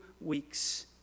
weeks